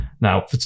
Now